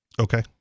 Okay